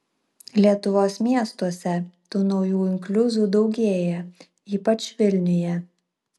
lietuvos miestuose tų naujų inkliuzų daugėja ypač vilniuje